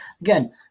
Again